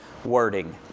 Wording